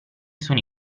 sono